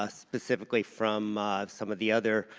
ah specifically from some of the other,